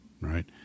right